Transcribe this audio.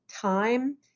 time